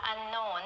unknown